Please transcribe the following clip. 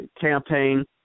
campaign